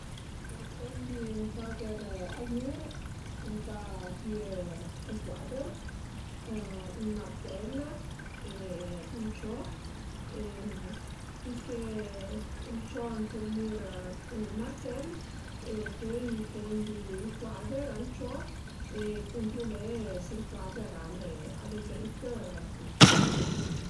Për pendi ën cuader al mür ëntà pìé ël cuader, ën martèl e ël cio e piché ël ënt ël mür cun ël martèl e pöi pendi ël cuader al cio e cuntrulé s'ël cuader al e drit u stort